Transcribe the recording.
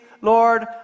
Lord